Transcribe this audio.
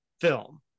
film